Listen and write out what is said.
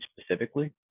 specifically